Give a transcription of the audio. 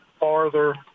farther